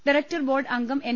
director board അംഗം N